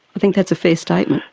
i think that's a fair statement.